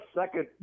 second